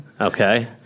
Okay